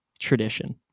tradition